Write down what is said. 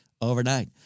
overnight